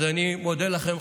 אז אני מודה לכם,